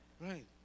Right